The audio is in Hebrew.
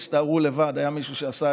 אז אני רוצה לומר לך שאני דווקא מתעודד מהעניין